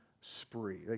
spree